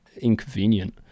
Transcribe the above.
inconvenient